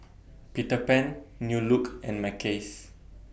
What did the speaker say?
Peter Pan New Look and Mackays